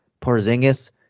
Porzingis